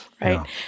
right